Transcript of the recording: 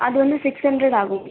அது வந்து six hundred ஆகும்